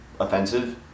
offensive